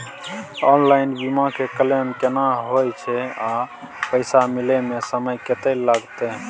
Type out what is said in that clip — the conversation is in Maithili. ऑनलाइन बीमा के क्लेम केना होय छै आ पैसा मिले म समय केत्ते लगतै?